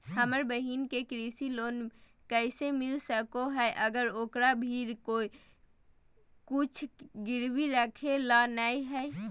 हमर बहिन के कृषि लोन कइसे मिल सको हइ, अगर ओकरा भीर कुछ गिरवी रखे ला नै हइ?